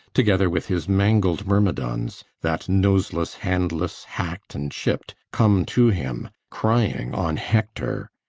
together with his mangled myrmidons, that noseless, handless, hack'd and chipp'd, come to him, crying on hector.